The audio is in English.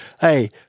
hey